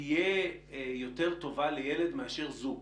תהיה יותר טובה לילד מאשר זוג,